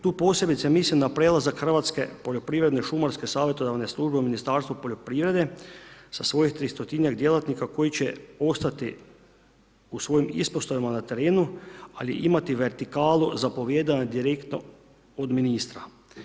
Tu posebice mislim na prelazak hrvatske poljoprivredne šumarske savjetodavne službe u Ministarstvo poljoprivrede sa svojih 300-tinjak djelatnika koji će ostati u svojim ispostavama na terenu, ali imati vertikalu zapovijedanja direktno od ministra.